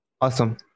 Awesome